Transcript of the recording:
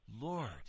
Lord